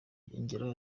yongeyeho